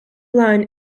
line